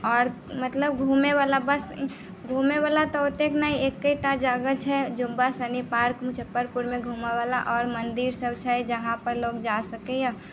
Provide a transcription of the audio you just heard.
आओर मतलब घुमैवला बस घुमैवला तऽ ओतऽके ने एकेटा जगह छै जुब्बा शाहनी पार्क मुजफ्फरपुरमे घुमैवला आओर मन्दिरसब छै जहाँपर लोक जा सकैए